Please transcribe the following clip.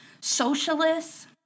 socialists